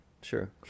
Sure